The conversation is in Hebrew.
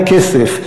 כסף.